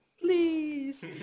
Please